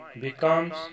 becomes